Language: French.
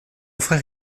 frère